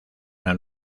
una